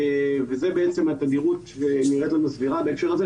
זאת בעצם התדירות שנראית לנו סבירה בהקשר הזה,